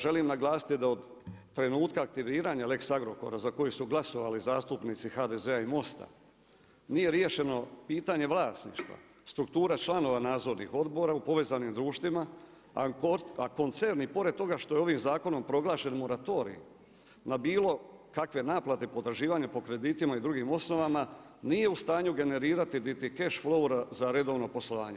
Želim naglasiti da od trenutka aktiviranja lex Agrokora, za koju su glasovali zastupnici HDZ-a i MOST-a, nije riješeno pitanje vlasništva, struktura članova nadzornih odbora u povezanim društvima, a koncerni pored toga što je ovim zakonom proglašen moratorij, na bilo kakve naplate, potraživanje po kreditima i drugim osnovama, nije u stanju generirati niti keš flou za redovno poslovanje.